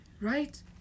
right